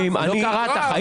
לא קראת, חבל.